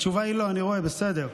התשובה היא לא, אני רואה, בסדר.